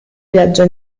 viaggia